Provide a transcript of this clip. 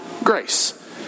grace